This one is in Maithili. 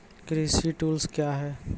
कृषि टुल्स क्या हैं?